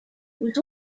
was